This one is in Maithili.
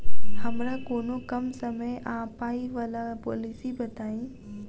हमरा कोनो कम समय आ पाई वला पोलिसी बताई?